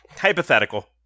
hypothetical